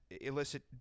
illicit